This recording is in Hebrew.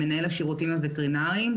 מנהל השירותים הווטרינריים,